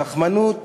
תכמנות